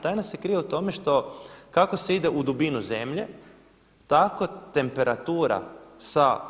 Tajna se krije u tome što kako se ide u dubinu zemlje tako temperatura sa